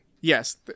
Yes